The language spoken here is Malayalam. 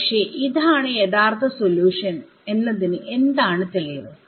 പക്ഷെ ഇതാണ് യഥാർത്ഥ സൊല്യൂഷൻ എന്നതിന് എന്താണ് തെളിവ്